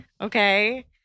Okay